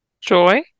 Joy